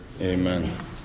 amen